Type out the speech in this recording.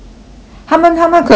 他们他们可能会